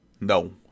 No